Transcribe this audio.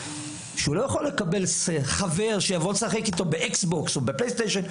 כשהוא לא יכול לקבל חבר שיבוא לשחק איתו באקס-בוקס או בפלייסטיישן,